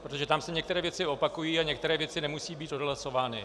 Protože tam se některé věci opakují a některé věci nemusí být odhlasovány.